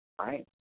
right